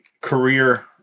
career